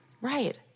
Right